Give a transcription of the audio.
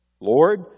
Lord